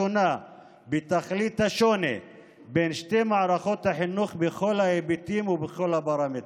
השונה בתכלית השוני בין שתי מערכות החינוך בכל ההיבטים ובכל הפרמטרים.